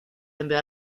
envió